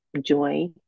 joy